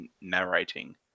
narrating